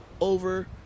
over